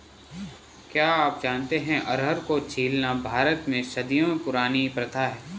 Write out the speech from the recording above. क्या आप जानते है अरहर को छीलना भारत में सदियों पुरानी प्रथा है?